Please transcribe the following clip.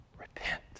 Repent